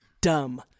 dumb